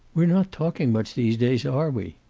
we're not talking much these days, are we?